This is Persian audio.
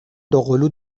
دوقلو